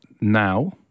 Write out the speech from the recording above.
now